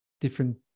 different